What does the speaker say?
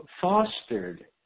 fostered